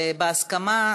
בהסכמה,